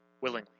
willingly